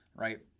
right?